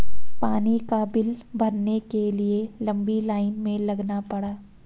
पानी का बिल भरने के लिए लंबी लाईन में लगना पड़ा